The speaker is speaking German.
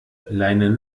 leinen